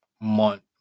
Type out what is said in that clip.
month